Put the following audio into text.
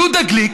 יהודה גליק,